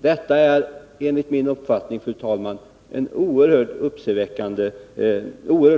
Det är enligt min uppfattning oerhört